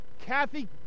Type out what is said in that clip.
Kathy